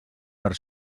per